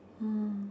mm